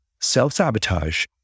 self-sabotage